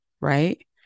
right